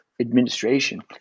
Administration